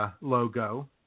logo